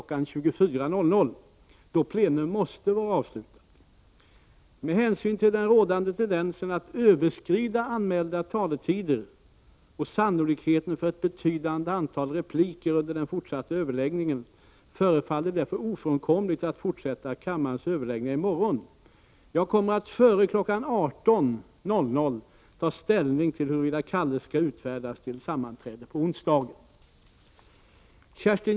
24.00, då plenum måste avslutas. Med hänsyn till den rådande tendensen att överskrida anmälda taletider och sannolikheten för ett betydande antal repliker under de fortsatta överläggningarna förefaller det därför bli ofrånkomligt att fortsätta kammarens överläggningar i morgon. Jag kommer att före kl. 18.00 ta ställning till huruvida kallelse skall utfärdas till ett sammanträde på onsdagen.